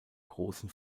großen